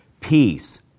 peace